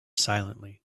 silently